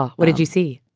what did you see?